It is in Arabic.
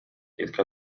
تلك